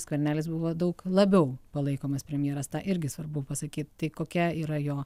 skvernelis buvo daug labiau palaikomas premjeras tą irgi svarbu pasakyt tai kokia yra jo